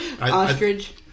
Ostrich